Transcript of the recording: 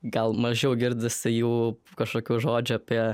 gal mažiau girdisi jų kažkokių žodžių apie